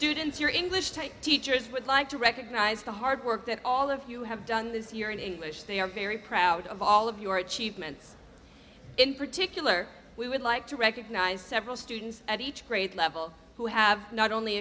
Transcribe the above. students your english teachers would like to recognize the hard work that all of you have done this year in english they are very proud of all of your achievements in particular we would like to recognize several students at each grade level who have not only